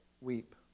weep